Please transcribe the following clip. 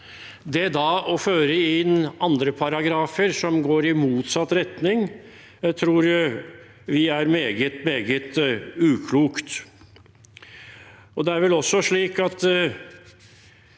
Å føre inn andre paragrafer som går i motsatt retning, tror vi da er meget, meget